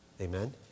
Amen